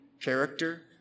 character